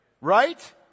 Right